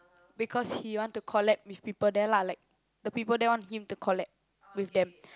because he wants to collab with people there lah like the people there want him to collab with them